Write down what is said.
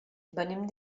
venim